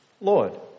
Lord